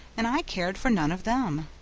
and i cared for none of them.